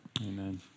Amen